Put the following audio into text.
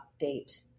update